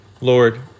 Lord